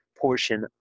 Portion